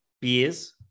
beers